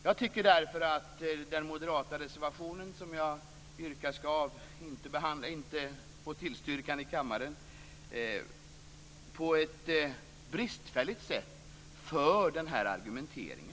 Jag tycker därför att man i den moderata reservationen, som jag yrkar inte ska få tillstyrkan i kammaren, på ett bristfälligt sätt för denna argumentering.